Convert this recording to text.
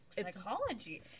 psychology